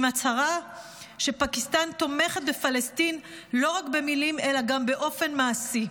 עם הצהרה שפקיסטן תומכת בפלסטין לא רק במילים אלא גם באופן מעשי.